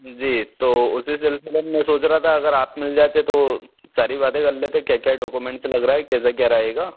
जी तो उसी सिलसिले में मै सोच रहा था अगर आप मिल जाते तो सारी बातें कर लेते क्या क्या डोक्यूमेंट्स लग रहा है कैसे क्या रहेगा